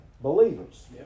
Believers